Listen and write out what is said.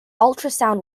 ultrasound